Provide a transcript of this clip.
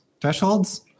thresholds